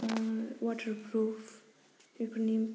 waterproof बेफोरनि